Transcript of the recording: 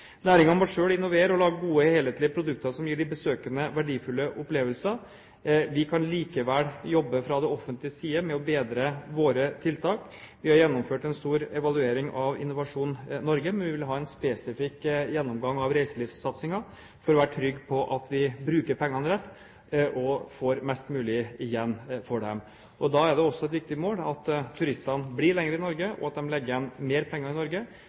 må selv innovere og lage gode helhetlige produkter som gir de besøkende verdifulle opplevelser. Vi kan likevel jobbe fra det offentliges side med å bedre våre tiltak. Vi har gjennomført en stor evaluering av Innovasjon Norge, men vi vil ha en spesifikk gjennomgang av reiselivssatsingen for å være trygg på at vi bruker pengene riktig og får mest mulig igjen for dem. Da er det også et viktig mål at turistene blir lenger i Norge, og at de legger igjen mer penger i Norge.